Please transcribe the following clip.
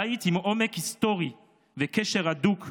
בית עם עומק היסטורי וקשר הדוק לשורשים,